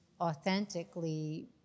authentically